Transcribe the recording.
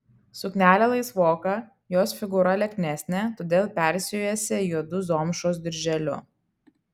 suknelė laisvoka jos figūra lieknesnė todėl persijuosė juodu zomšos dirželiu